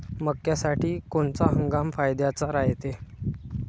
मक्क्यासाठी कोनचा हंगाम फायद्याचा रायते?